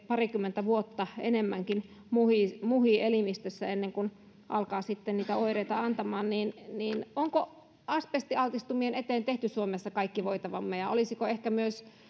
parikymmentä vuotta enemmänkin muhii muhii elimistössä ennen kuin alkaa sitten niitä oireita antamaan onko asbestialtistumien eteen tehty suomessa kaikki voitava olisiko ehkä myös